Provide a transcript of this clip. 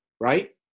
right